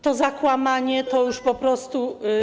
To zakłamanie to już po prostu.